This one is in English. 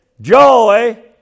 joy